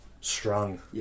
strong